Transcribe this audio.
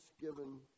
given